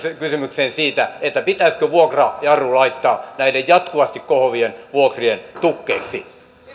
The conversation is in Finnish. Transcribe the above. kysymykseen siitä pitäisikö vuokrajarru laittaa näiden jatkuvasti kohoavien vuokrien tukkeeksi